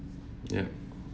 ya